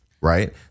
right